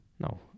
No